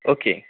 okay